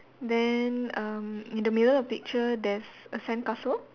then um in the middle of the picture there's a sandcastle